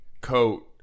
coat